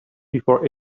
before